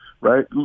right